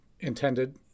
intended